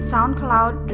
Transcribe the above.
SoundCloud